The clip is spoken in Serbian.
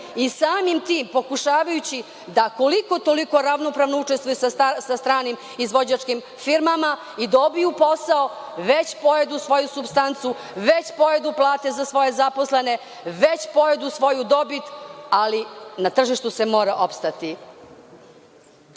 i samim tim pokušavajući da koliko-toliko ravnopravno učestvuju sa stranim izvođačkim firmama i dobiju posao, već pojedu svoju supstancu, već pojedu plate za svoje zaposlene, već pojedu svoju dobit, ali na tržištu se mora